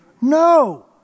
No